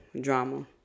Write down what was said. Drama